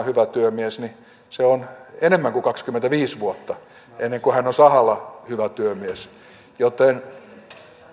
hyvä työmies se on enemmän kuin kaksikymmentäviisi vuotta ennen kuin hän on sahalla hyvä työmies joten